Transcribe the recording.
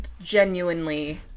genuinely